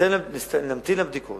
נמתין לבדיקות,